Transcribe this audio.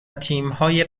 تیمهای